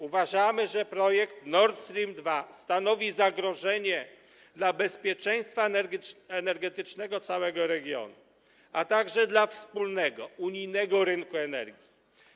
Uważamy, że projekt Nord Stream 2 stanowi zagrożenie dla bezpieczeństwa energetycznego całego regionu, a także dla wspólnego unijnego rynku energii.